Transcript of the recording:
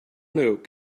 note